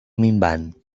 minvant